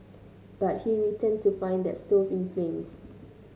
but he returned to find the stove in flames